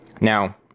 Now